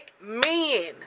men